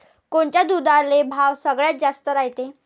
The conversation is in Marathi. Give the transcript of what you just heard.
कोनच्या दुधाले भाव सगळ्यात जास्त रायते?